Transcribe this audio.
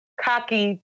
cocky